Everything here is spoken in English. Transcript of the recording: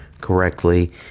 correctly